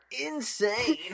insane